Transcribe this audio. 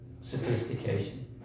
sophistication